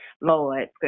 Lord